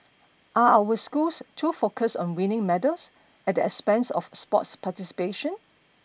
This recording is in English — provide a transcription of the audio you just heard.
are our we schools too focused on winning medals at the expense of sports participation